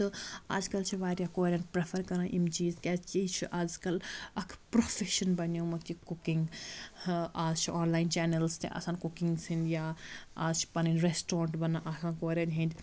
تہٕ آز کَل چھِ واریاہ کورٮ۪ن پرٛٮ۪فَر کَران یِم چیٖز کیٛازِکہِ یہِ چھُ اَزکَل اَکھ پرٛوفیشَن بَنیومُت یہِ کُکِنٛگ آز چھِ آنلاین چینَلٕز تہِ آسان کُکِنٛگ سٕنٛدۍ یا اَز چھِ پَنٕنۍ ریٚسٹورنٛٹ بَنان آسان کورٮ۪ن ہِنٛدۍ